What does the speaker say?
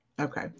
Okay